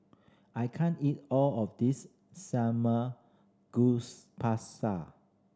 I can't eat all of this Samgyeopsal